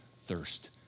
thirst